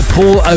Paul